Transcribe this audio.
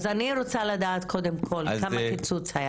אז אני רוצה לדעת קודם כל כמה קיצוץ היה